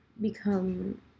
become